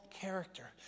character